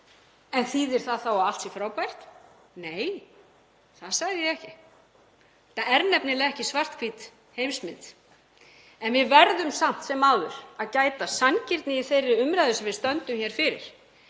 En þýðir það þá að allt sé frábært? Nei, það sagði ég ekki. Þetta er nefnilega ekki svart/hvít heimsmynd, en við verðum samt sem áður að gæta sanngirni í þeirri umræðu sem við stöndum hér fyrir.